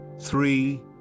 Three